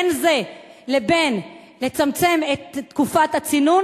בין זה לבין לצמצם את תקופת הצינון,